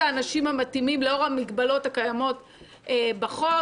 האנשים המתאימים לאור המגבלות הקיימות בחוק,